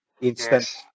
Instant